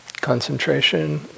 concentration